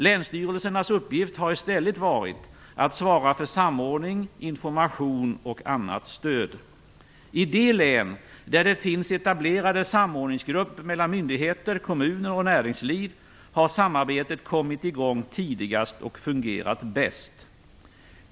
Länsstyrelsernas uppgift har i stället varit att svara för samordning, information och annat stöd. I de län, där det finns etablerade samordningsgrupper mellan myndigheter, kommuner och näringsliv har samarbetet kommit i gång tidigast och fungerat bäst.